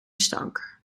stank